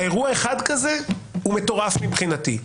אירוע אחד כזה הוא מטורף מבחינתי.